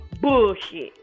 bullshit